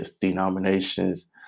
denominations